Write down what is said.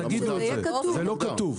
זה לא כתוב.